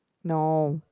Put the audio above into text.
no